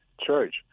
church